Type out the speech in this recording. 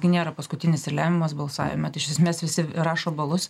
gi nėra paskutinis ir lemiamas balsavime tai iš esmės visi rašo balus